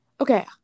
Okay